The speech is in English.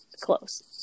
Close